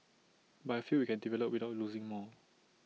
but I feel we can develop without losing more